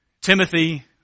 Timothy